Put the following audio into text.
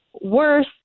worse